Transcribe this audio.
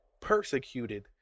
persecuted